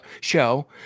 show